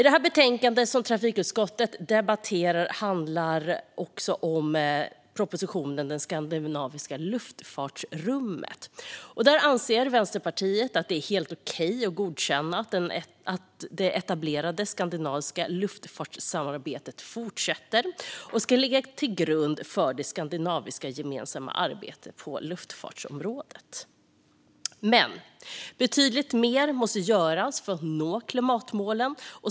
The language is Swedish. Det betänkande som trafikutskottet nu debatterar handlar också om propositionen Skandinavisk luftfartspolitik . Vänsterpartiet anser att det är helt okej att godkänna att det etablerade skandinaviska luftfartssamarbetet fortsätter och ska ligga till grund för det skandinaviskgemensamma arbetet på luftfartsområdet. Betydligt mer måste dock göras för att nå klimatmålen.